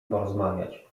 porozmawiać